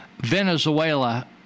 venezuela